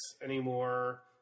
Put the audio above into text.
anymore